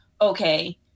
okay